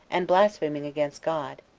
and blaspheming against god.